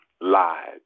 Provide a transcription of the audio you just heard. lied